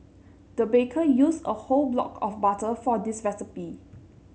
the baker used a whole block of butter for this recipe